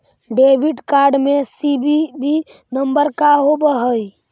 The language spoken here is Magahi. डेबिट कार्ड में सी.वी.वी नंबर का होव हइ?